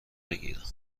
بگیرم